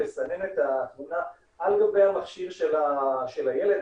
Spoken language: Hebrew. לסנן את התמונה על גבי המכשיר של הילד,